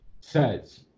says